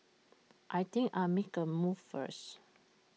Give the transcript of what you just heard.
I think I'll make A move first